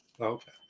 okay